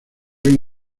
ven